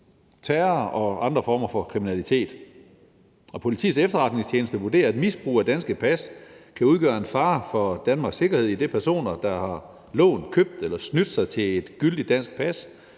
terror og andre former for kriminalitet. Politiets Efterretningstjeneste vurderer, at misbrug af danske pas kan udgøre en fare for Danmarks sikkerhed, idet personer, der har lånt, købt eller snydt sig til et gyldigt dansk pas,